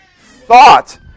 thought